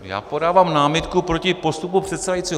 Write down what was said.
Já podávám námitku proti postupu předsedajícího.